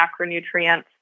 macronutrients